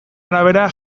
arabera